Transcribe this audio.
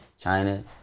China